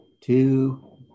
Two